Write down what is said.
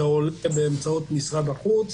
זה עולה באמצעות משרד החוץ,